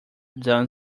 done